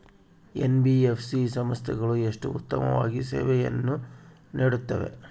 NBFC ಸಂಸ್ಥೆಗಳು ಎಷ್ಟು ಉತ್ತಮವಾಗಿ ಸೇವೆಯನ್ನು ನೇಡುತ್ತವೆ?